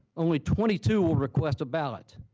only twenty two will request a ballot.